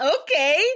Okay